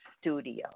studio